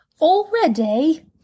Already